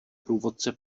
průvodce